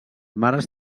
mares